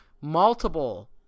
multiple